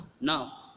now